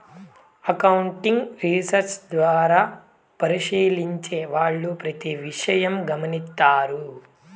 accounting research ద్వారా పరిశీలించే వాళ్ళు ప్రతి విషయం గమనిత్తారు